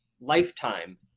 lifetime